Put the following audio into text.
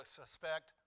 suspect